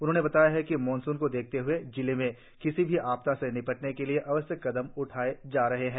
उन्होंने बताया कि मानसून को देखते हुए जिले में किसी भी आपदा से निपटने के लिए आवश्यक कदम उठाएं जा रहे है